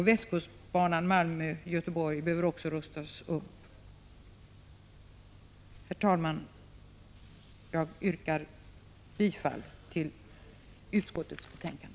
Västkustbanan Malmö-Göteborg behöver också rustas upp. Herr talman! Jag yrkar bifall till utskottets hemställan.